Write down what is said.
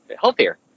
healthier